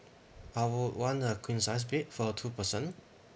I would want a queen size bed for two person